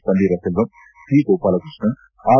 ಪನ್ನೀರ ಸೆಲ್ತಂ ಸಿಗೋಪಾಲಕೃಷ್ಣನ್ ಆರ್